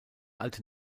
alte